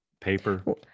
paper